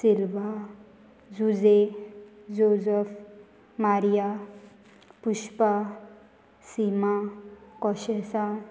Silva Jose Joseph Maria Pushpa Seema Conceicao